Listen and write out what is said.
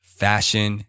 fashion